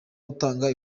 utanga